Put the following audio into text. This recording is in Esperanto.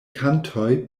kantoj